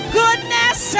goodness